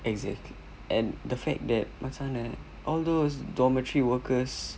exactly and the fact that macam mana eh all those dormitory workers